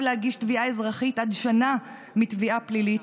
להגיש תביעה אזרחית עד שנה מתביעה פלילית,